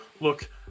Look